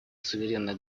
суверенное